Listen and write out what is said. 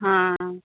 हाँ